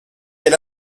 elle